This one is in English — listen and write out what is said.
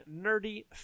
nerdy